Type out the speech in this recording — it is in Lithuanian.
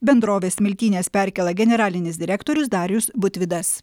bendrovės smiltynės perkėla generalinis direktorius darius butvydas